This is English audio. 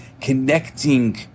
Connecting